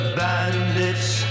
bandits